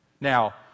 Now